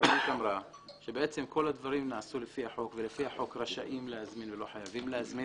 המראה אתה יכול להגיד